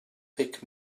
pick